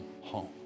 home